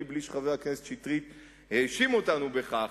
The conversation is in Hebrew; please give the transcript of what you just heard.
בלי שחבר הכנסת שטרית האשים אותנו בכך,